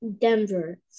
Denver